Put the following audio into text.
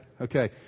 Okay